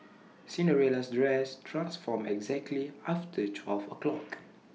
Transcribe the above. Cinderella's dress transformed exactly after twelve o'clock